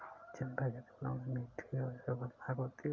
चंपा के फूलों में मीठी और सुखद महक होती है